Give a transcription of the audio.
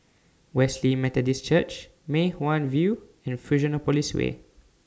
Wesley Methodist Church Mei Hwan View and Fusionopolis Way